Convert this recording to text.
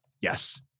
Yes